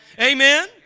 Amen